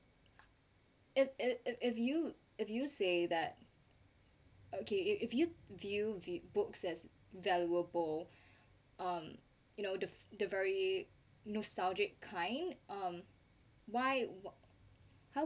if if if you if you say that okay if if you view books as valuable um you know the the very nostalgic kind um why w~ how